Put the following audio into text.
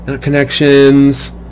Connections